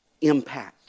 impact